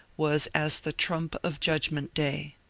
was as the trump of judgment day.